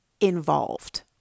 involved